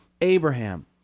Abraham